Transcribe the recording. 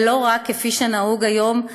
ולא רק, כפי שנהוג היום,